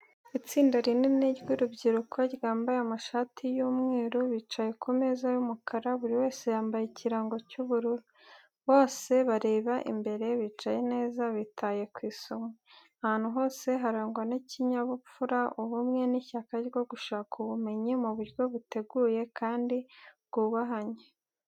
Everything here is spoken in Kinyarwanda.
Itsinda rinini ry’urubyiruko ryambaye amashati y’umweru bicaye ku meza y’umukara, buri wese yambaye ikirango cy’ubururu. Bose bareba imbere, bicaye neza, bitaye ku isomo. Ahantu hose harangwa n’ikinyabupfura, ubumwe, n’ishyaka ryo gushaka ubumenyi mu buryo buteguye, kandi bwubahanye.